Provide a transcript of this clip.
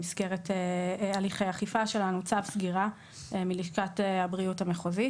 במסגרת הליכי אכיפה שלנו צו סגירה מלשכת הבריאות המחוזית.